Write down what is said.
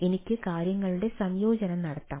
എനിക്ക് കാര്യങ്ങളുടെ സംയോജനം നടത്താം